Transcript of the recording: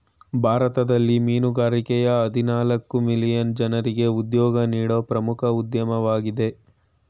ಭಾರತದಲ್ಲಿ ಮೀನುಗಾರಿಕೆಯ ಹದಿನಾಲ್ಕು ಮಿಲಿಯನ್ ಜನ್ರಿಗೆ ಉದ್ಯೋಗ ನೀಡೋ ಪ್ರಮುಖ ಉದ್ಯಮವಾಗಯ್ತೆ